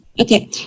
okay